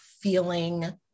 feeling